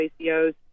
ACOs